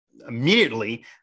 immediately